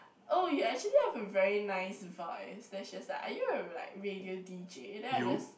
oh you actually have a very nice voice then she was like are you like a radio d_j then I just